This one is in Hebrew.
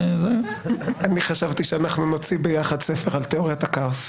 וזה מוסדר בחוק.